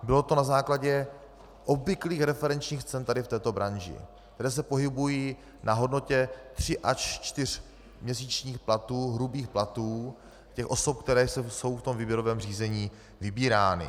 Bylo to na základě obvyklých referenčních cen tady v této branži, které se pohybují na hodnotě tří až čtyř měsíčních hrubých platů těch osob, které jsou v tom výběrovém řízení vybírány.